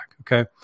Okay